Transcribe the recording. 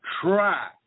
try